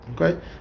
Okay